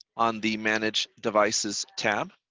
on the manage devices tab.